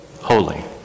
holy